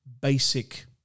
basic